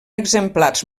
exemplars